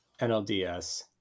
NLDS